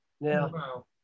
now